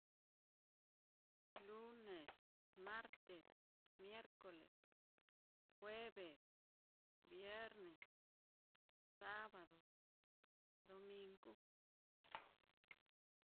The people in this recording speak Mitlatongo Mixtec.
Lunes, martes, miercoles, jueves, viarnes, sabado, domingu.